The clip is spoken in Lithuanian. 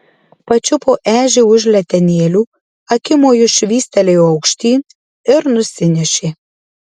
pačiupo ežį už letenėlių akimoju švystelėjo aukštyn ir nusinešė